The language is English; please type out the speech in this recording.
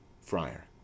Friar